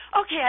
okay